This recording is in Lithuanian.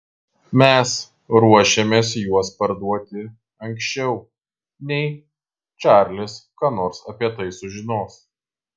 mes ruošiamės juos parduoti anksčiau nei čarlis ką nors apie tai sužinos